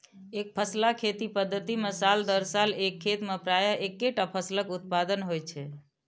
एकफसला खेती पद्धति मे साल दर साल एक खेत मे प्रायः एक्केटा फसलक उत्पादन होइ छै